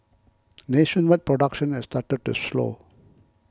nationwide production has started to slow